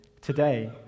Today